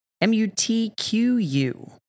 M-U-T-Q-U